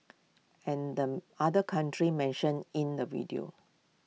and the other country mentioned in the video